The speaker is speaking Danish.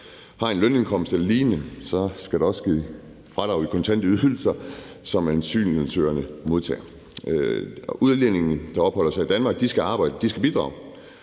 har en lønindkomst eller lignende, skal der også ske fradrag i kontante ydelser, som asylansøgeren modtager. Udlændinge, der opholder sig i Danmark, skal arbejde. De skal bidrage